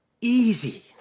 easy